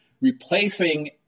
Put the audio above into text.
replacing